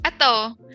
Ato